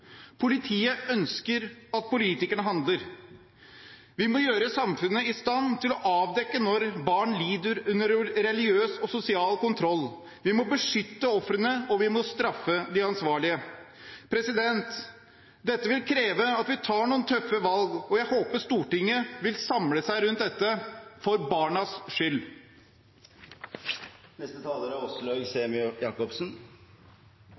politiet roper varsko. Politiet ønsker at politikerne handler. Vi må gjøre samfunnet i stand til å avdekke når barn lider under religiøs og sosial kontroll. Vi må beskytte ofrene, og vi må straffe de ansvarlige. Dette vil kreve at vi tar noen tøffe valg, og jeg håper Stortinget vil samle seg rundt dette for barnas skyld.